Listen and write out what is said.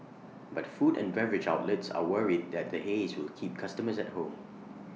but food and beverage outlets are worried that the haze will keep customers at home